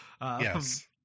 yes